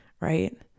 right